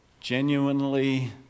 genuinely